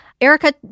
Erica